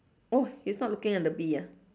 oh he's not looking at the bee ah